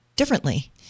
differently